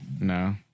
No